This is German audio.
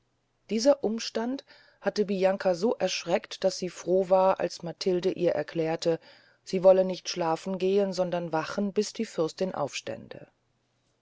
dieser letzte umstand hatte bianca so erschreckt daß sie froh war als matilde ihr erklärte sie wolle nicht schlafen gehen sondern wachen bis die fürstin aufstände